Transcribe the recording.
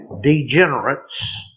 Degenerates